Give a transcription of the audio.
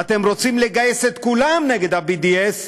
ואתם רוצים לגייס את כולם נגד ה-BDS,